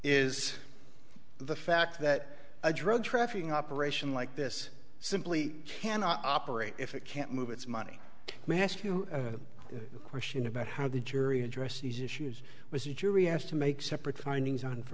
is the fact that a drug trafficking operation like this simply cannot operate if it can't move its money to me ask you a question about how the jury addressed these issues with the jury asked to make separate findings on for